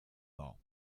war